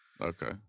okay